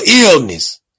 illness